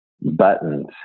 buttons